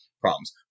problems